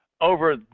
over